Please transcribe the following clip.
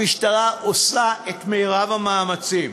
המשטרה עושה את מרב המאמצים,